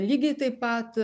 lygiai taip pat